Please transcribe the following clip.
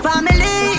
Family